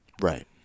right